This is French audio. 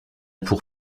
pour